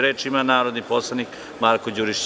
Reč ima narodni poslanik Marko Đurišić.